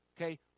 Okay